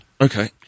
Okay